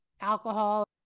alcohol